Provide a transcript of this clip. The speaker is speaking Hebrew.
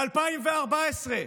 ב-2014.